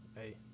hey